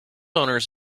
owners